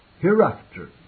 hereafter